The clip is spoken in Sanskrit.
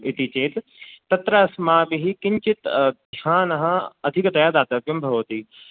इति चेत् तत्र अस्माभिः किंचित् ध्यानः अधिकतया दातव्यं भवति